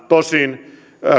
tosin